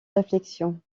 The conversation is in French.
réflexions